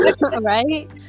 Right